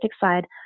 side